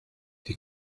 die